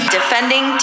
defending